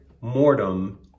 mortem